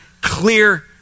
clear